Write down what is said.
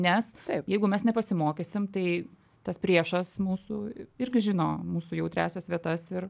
nes jeigu mes nepasimokysim tai tas priešas mūsų irgi žino mūsų jautriąsias vietas ir